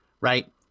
Right